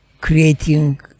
creating